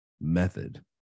method